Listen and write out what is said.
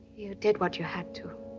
you did what you had to.